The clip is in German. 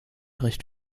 recht